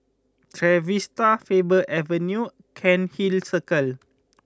Trevista Faber Avenue Cairnhill Circle